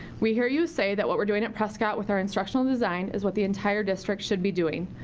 we hear you say that what we're doing at prescott with our instructional design is what the entire district should be doing.